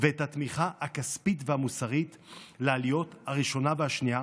ואת התמיכה הכספית והמוסרית לעליות הראשונה והשנייה